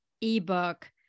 ebook